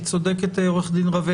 צודקת עו"ד רווה,